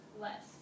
less